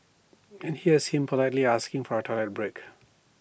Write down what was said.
and here's him politely asking for A toilet break